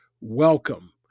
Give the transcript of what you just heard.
welcome